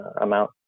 amount